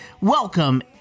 welcome